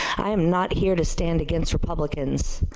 i am not here to stands against republicans.